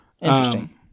Interesting